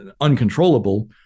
uncontrollable